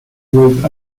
with